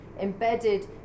embedded